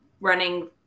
running